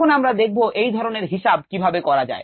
এখন আমরা দেখব এই ধরনের হিসাব কিভাবে তৈরি করা যায়